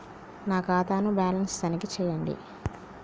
నా ఖాతా ను బ్యాలన్స్ తనిఖీ చేయండి?